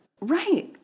right